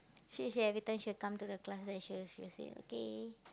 she say every time she will come to the class and she will she will say okay